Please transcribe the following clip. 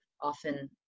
often